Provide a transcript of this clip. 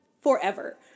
forever